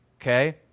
okay